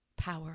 power